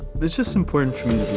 it's just important for me